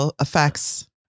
effects